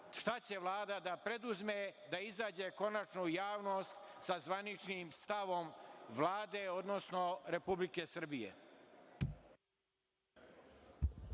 šta će Vlada da preuzme da izađe konačno u javnost sa zvaničnim stavom Vlade, odnosno Republike Srbije?